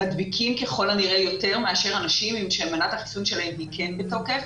ככל הנראה מדביקים יותר מאשר אנשים שמנת החיסון שלהם היא כן בתוקף.